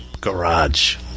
garage